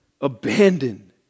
abandoned